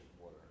water